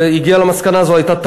חזר בו,